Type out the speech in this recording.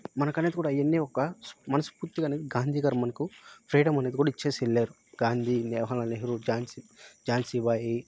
మనకనేది కూడా ఆయన్నీ ఒక మనస్ఫూర్తిగా అనేది గాంధీ గారు మనకు ఫ్రీడమ్ అనేది కూడా ఇచ్చేసెళ్ళారు గాంధీ జవహర్ లాల్ నెహ్రూ ఝాన్సీ ఝాన్సీ భాయి